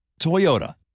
Toyota